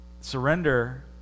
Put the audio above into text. Surrender